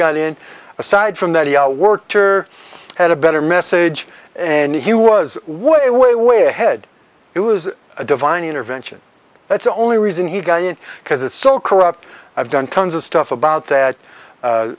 got in aside from that he out worked or had a better message and hugh was way way way ahead it was a divine intervention that's the only reason he got it because it's so corrupt i've done tons of stuff about that